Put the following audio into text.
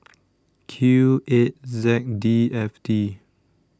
Q eight Z D F T